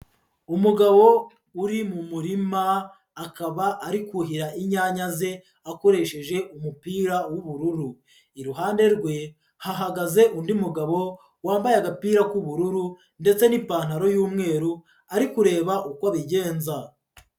Umugabo uri mu murima akaba ari kuhira inyanya ze akoresheje umupira w'ubururu, iruhande rwe hahagaze undi mugabo wambaye agapira k'ubururu ndetse n'ipantaro y'umweru ari kureba uko abigenza.